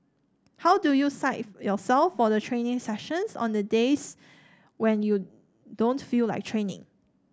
how do you psych yourself for the training sessions on the days when you don't feel like training